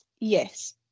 Yes